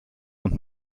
und